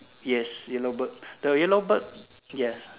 yes yellow bird the yellow bird yes